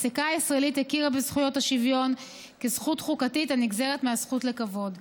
הפסיקה הישראלית הכירה בזכות השוויון כזכות חוקתית הנגזרת מהזכות לכבוד.